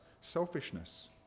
selfishness